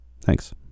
Thanks